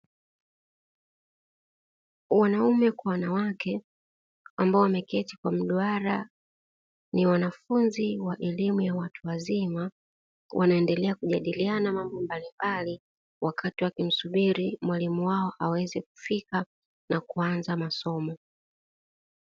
Wanaume kwa wanawake ambao wameketi kwa mduara, ni wanafunzi wa elimu ya watu wazima. Wanaendelea kujadiliana mambo mbalimbali wakati wakimsubiri mwalimu wao aweze kufika na kuanza masomo.